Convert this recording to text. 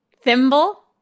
Thimble